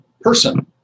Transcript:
person